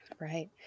Right